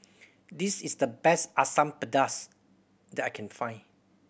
this is the best Asam Pedas that I can find